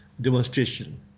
demonstration